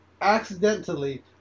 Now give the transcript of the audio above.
accidentally